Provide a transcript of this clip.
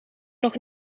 nog